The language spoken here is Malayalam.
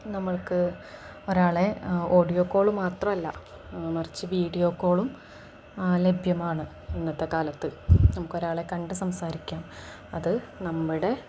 നമ്മൾക്ക് ഒരാളെ ഓഡിയോ കോള് മാത്രമല്ല മറിച്ച് വീഡിയോ കോളും ലഭ്യമാണ് ഇന്നത്തെ കാലത്ത് നമുക്ക് ഒരാളെ കണ്ട് സംസാരിക്കാം അത് നമ്മുടെ